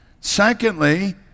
Secondly